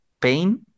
pain